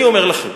אני אומר לכם: